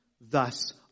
Thus